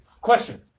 Question